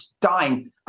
dying